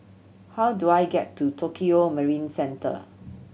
how do I get to Tokio Marine Centre